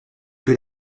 que